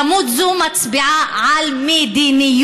כמות זו מצביעה על מדיניות.